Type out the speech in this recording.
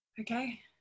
Okay